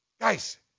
Guys